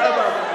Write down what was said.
בלוף.